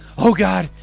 oh, god,